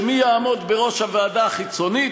שמי שיעמוד בראש הוועדה החיצונית?